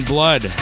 Blood